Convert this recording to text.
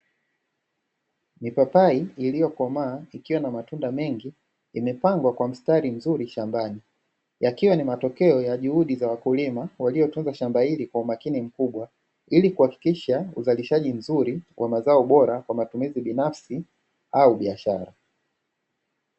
Mipapai iliyokomaa ikiwa na matunda mengi imepangwa kwa mstari mzuri shambani, yakiwa ni matokeo ya juhudi za wakulima waliotunza shamba hili kwa umakini mkubwa ili kuhakikisha uzalishaji mzuri wa mazao bora kwa matumizi binafsi au biashara.